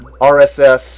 RSS